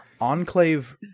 Enclave